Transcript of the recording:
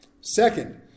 Second